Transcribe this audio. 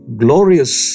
glorious